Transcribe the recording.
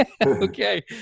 Okay